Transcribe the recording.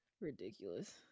Ridiculous